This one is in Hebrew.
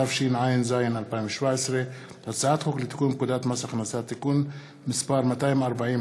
התשע"ז 2017. הצעת חוק לתיקון פקודת מס הכנסה (תיקון מס' 240),